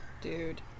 Dude